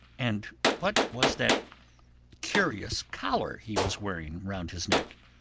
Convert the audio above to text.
and what was that curious collar he was wearing round his neck?